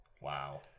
Wow